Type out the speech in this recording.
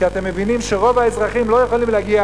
כי אתם מבינים שרוב הציבור לא יכולים להגיע